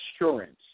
assurance